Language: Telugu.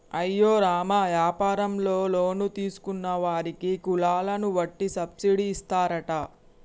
అయ్యో రామ యాపారంలో లోన్ తీసుకున్న వారికి కులాలను వట్టి సబ్బిడి ఇస్తారట